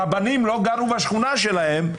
רבנים לא גרו בשכונה שלהם,